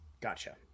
Gotcha